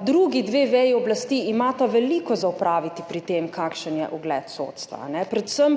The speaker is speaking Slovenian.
Drugi dve veji oblasti imata veliko za opraviti pri tem, kakšen je ugled sodstva, predvsem